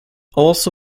also